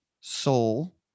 Soul